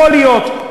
יכול להיות,